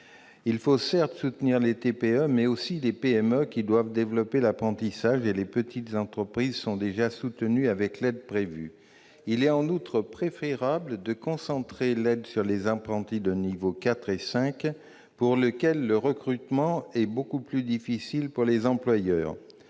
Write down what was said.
Il faut certes soutenir les TPE, mais aussi les PME qui doivent développer l'apprentissage. Les petites entreprises seront déjà soutenues avec l'aide prévue. En outre, il est préférable de concentrer l'aide sur les apprentis de niveaux IV et V, dont le recrutement est beaucoup plus difficile pour les employeurs.